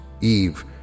Eve